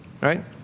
right